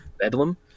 Bedlam